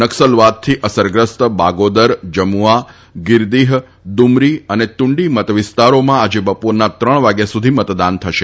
નકસલવાદથી અસરગ્રસ્ત બાગોદર જમુઆ ગીરદીહ દુમરી તથા તુંડી મતવિસ્તારોમાં આજે બપોરના ત્રણ વાગ્યા સુધી મતદાન થશે